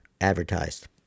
advertised